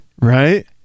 Right